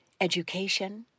education